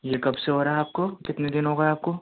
یہ کب سے ہو رہا ہے آپ کو کتنے دن ہوگئے آپ کو